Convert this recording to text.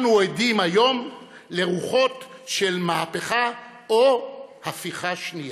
אנו עדים היום לרוחות של מהפכה או הפיכה שנייה.